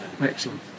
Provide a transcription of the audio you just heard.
Excellent